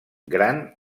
gran